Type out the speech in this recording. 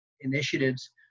initiatives